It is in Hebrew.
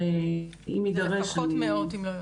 אבל אם יידרש אני --- לפחות מאות אם לא יותר.